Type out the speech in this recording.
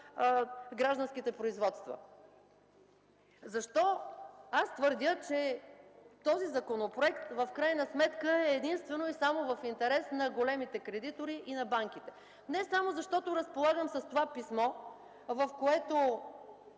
гражданските производства. Защо аз твърдя, че този законопроект в крайна сметка е единствено и само в интерес на големите кредитори и на банките? Не само защото разполагам с това писмо, в което